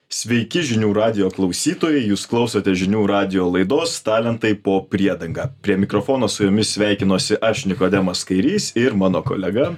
sveiki žinių radijo klausytojai jūs klausote žinių radijo laidos talentai po priedanga prie mikrofono su jumis sveikinuosi aš nikodemas kairys ir mano kolega